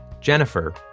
Jennifer